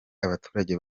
abaturage